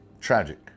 tragic